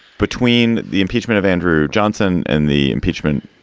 between the impeachment of andrew johnson and the impeachment.